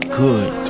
good